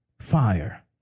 fire